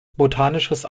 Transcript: botanisches